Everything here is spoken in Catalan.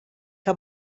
que